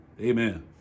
Amen